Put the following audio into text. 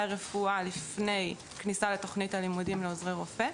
הרפואה לפני כניסה לתכנית הלימודים לעוזרי רופא.